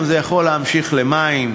זה יכול גם להמשיך למים,